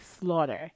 Slaughter